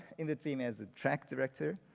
in the team as a track director,